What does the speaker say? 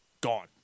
Gone